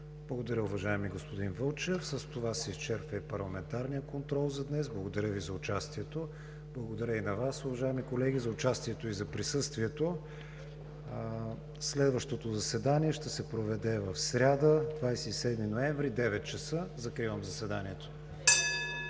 Благодаря, уважаеми господин Вълчев. С това се изчерпва и парламентарният контрол за днес. Благодаря Ви за участието. Благодаря и на Вас, уважаеми колеги, за участието и за присъствието. Следващото заседание ще се проведе в сряда, 27 ноември 2019 г., от 9,00 ч. Закривам заседанието.